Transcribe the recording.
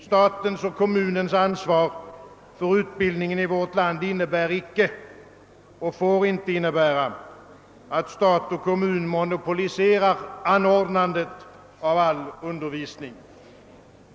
Statens och kommunens ansvar för utbildningen i vårt land innebär icke, och får inte innebära, att stat och kommun monopoliserar anordnandet av all undervisning.